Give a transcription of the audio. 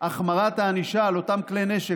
בהחמרת הענישה על אותם חלקי כלי נשק,